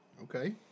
Okay